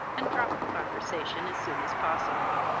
and drop the conversation as soon as possible.